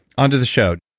onto the show.